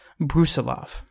Brusilov